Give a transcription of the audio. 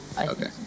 okay